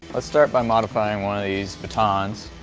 let's start by modifying one of these batons.